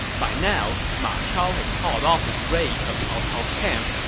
by now, ma chao had called off his raid of cao cao's camp,